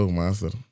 master